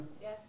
Yes